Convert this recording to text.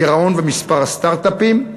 גירעון במספר הסטרט-אפים,